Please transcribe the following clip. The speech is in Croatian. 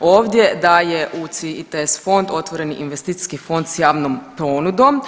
ovdje da je UCI i TES fond otvoreni investicijski fond s javnom ponudom.